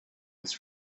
his